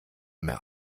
mehr